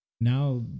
Now